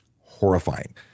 horrifying